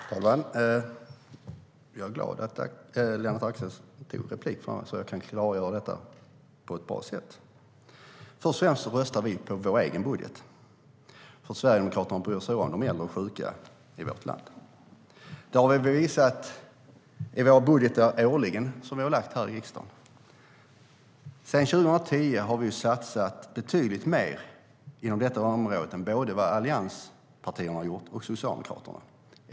Herr talman! Jag är glad att Lennart Axelsson tog replik så att jag kan klargöra detta på ett bra sätt. Först och främst röstar vi på vår egen budget eftersom Sverigedemokraterna bryr sig om de äldre och sjuka i vårt land. Det har vi årligen visat i våra budgetar som vi har lagt fram här i riksdagen. Sedan 2010 har vi satsat betydligt mer inom detta område än vad både allianspartierna och Socialdemokraterna har gjort.